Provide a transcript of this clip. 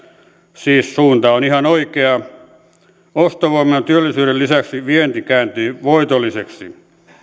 siis suunta on ihan oikea ostovoiman ja työllisyyden lisäksi vienti kääntyy voitolliseksi